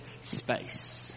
space